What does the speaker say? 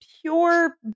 pure